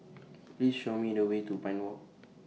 Please Show Me The Way to Pine Walk